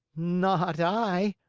not i,